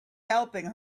helping